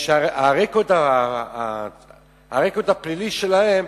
הרקורד הפלילי שלהם